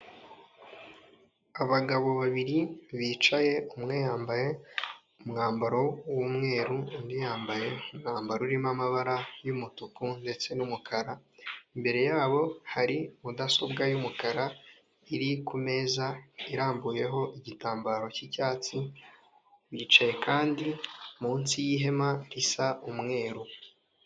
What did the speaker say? Abagabo babiri bicaye, umwe yambaye umwambaro w'umweru, undi yambaye umwambaro urimo amabara y'umutuku ndetse n'umukara, imbere yabo hari mudasobwa y'umukara iri kumeza irambuyeho igitambaro cy'icyatsi, bicaye kandi munsi y'ihema risa umweru.